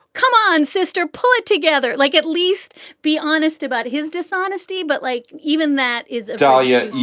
come on, sister, pull it together. like, at least be honest about his dishonesty but like, even that is, dalia,